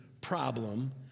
problem